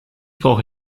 brauche